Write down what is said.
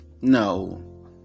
no